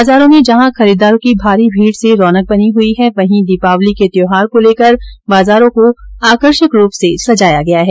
बाजारों में जहां खरीदारों की भारी भीड से रौनक बनी हुई है वेहीं दीपावली के त्यौहार को लेकर बाजार आकर्षक रूप से सजाया गया है